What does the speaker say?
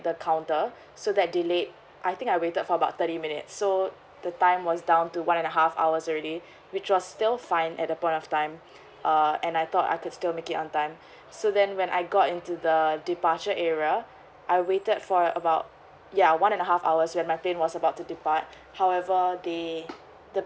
the counter so that delayed I think I waited for about thirty minutes so the time was down to one and a half hours already which was still fine at that point of time uh and I thought I can still make it on time so then when I got into the departure area I waited for about ya one and a half hours when my plane was about to depart however the